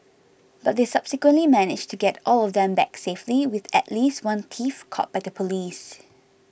but they subsequently managed to get all of them back safely with at least one thief caught by the police